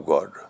God